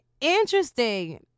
interesting